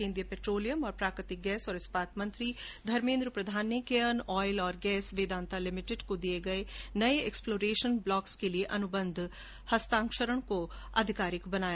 केंद्रीय पेट्रोलियम एवं प्राकृतिक गैस और इस्पात मंत्री धर्मेन्द्र प्रधान ने Cairn Oil and Gas Vedanta Limited को दिये गये नर्ये एक्सप्लोरेशन ब्लॉक्स के लिये अनुबंध हस्ताक्षरण को आधिकारिक बनाया